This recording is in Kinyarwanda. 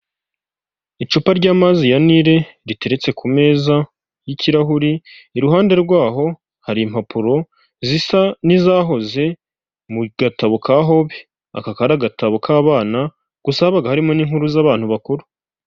Icupa ryamazi ya nili riteretse ku meza yikirahuri iruhande rwaho hari impapuro zisa n'izahoze mu gatabo ka hobe aka kari gatabo k'abana gusa habaga harimo n'inkuru z'abantu bakuru.